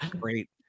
Great